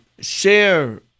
share